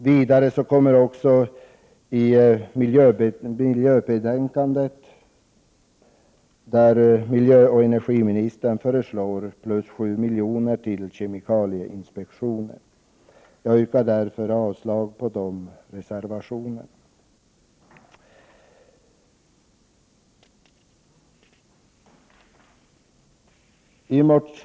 Vidare föreslår miljöoch energiministern i miljöpropositionen en ökning av anslaget till kemikalieinspektionen med 7 milj.kr. Jag yrkar därför avslag på reservationerna 1, 2 och 3.